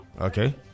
okay